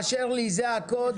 זאת לא בירוקרטיה.